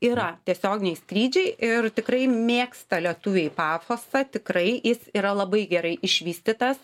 yra tiesioginiai skrydžiai ir tikrai mėgsta lietuviai pafosą tikrai jis yra labai gerai išvystytas